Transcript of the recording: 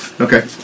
Okay